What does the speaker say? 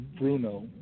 Bruno